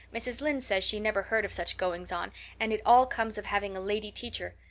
mrs. lynde says she never heard of such goings on and it all comes of having a lady teacher.